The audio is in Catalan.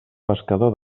pescador